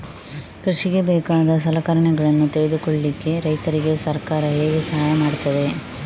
ಕೃಷಿಗೆ ಬೇಕಾದ ಸಲಕರಣೆಗಳನ್ನು ತೆಗೆದುಕೊಳ್ಳಿಕೆ ರೈತರಿಗೆ ಸರ್ಕಾರ ಹೇಗೆ ಸಹಾಯ ಮಾಡ್ತದೆ?